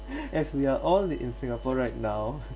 as we are all in singapore right now